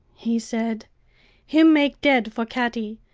he said him make dead for catty.